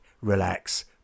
relax